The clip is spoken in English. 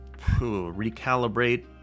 recalibrate